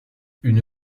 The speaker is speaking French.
une